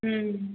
हूँ